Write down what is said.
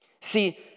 See